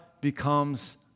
becomes